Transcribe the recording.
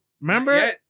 Remember